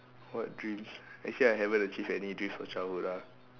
what dreams actually I haven't achieve any dreams from childhood ah